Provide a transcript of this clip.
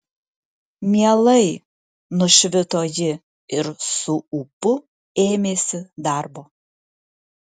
mielai nušvito ji ir su ūpu ėmėsi darbo